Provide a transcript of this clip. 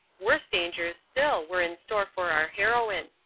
worse dangers still were in store for our heroine.